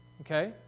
okay